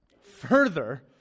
further